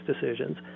decisions